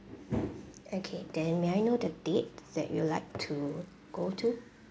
okay then may I know the date that you would like to go to